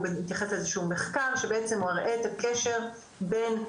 מתייחס לאיזשהו מחקר שבעצם מראה את הקשר בין,